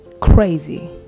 crazy